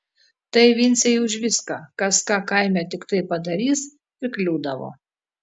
tai vincei už viską kas ką kaime tiktai padarys ir kliūdavo